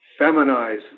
feminize